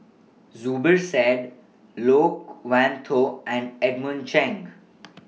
Zubir Said Loke Wan Tho and Edmund Cheng